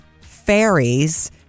fairies